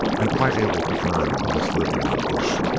and quite able to earn an honest living in the bush.